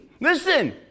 Listen